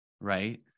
right